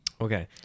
Okay